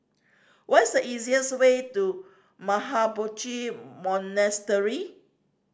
what is the easiest way to Mahabodhi Monastery